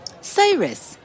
Cyrus